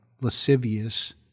lascivious